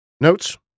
Notes